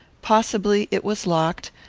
possibly it was locked,